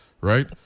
right